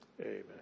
Amen